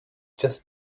just